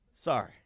Sorry